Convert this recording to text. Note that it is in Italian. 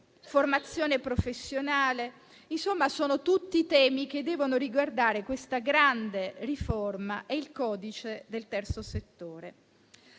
formazione professionale, tutti temi che devono riguardare questa grande riforma e il codice del Terzo settore.